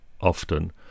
often